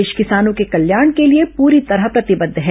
देश किसानों के कल्याण के लिए पूरी तरह प्रतिबद्ध है